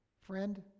Friend